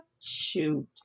Shoot